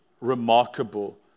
remarkable